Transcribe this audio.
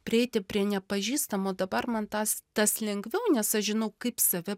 prieiti prie nepažįstamų dabar man tas tas lengviau nes aš žinau kaip save